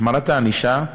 החמרת הענישה,